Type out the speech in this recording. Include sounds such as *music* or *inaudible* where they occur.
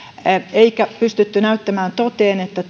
eikä pystytty näyttämään toteen että *unintelligible*